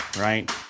right